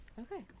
Okay